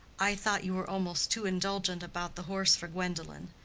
i thought you were almost too indulgent about the horse for gwendolen.